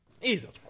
Jesus